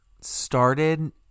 started